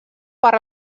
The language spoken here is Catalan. per